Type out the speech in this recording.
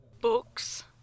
Books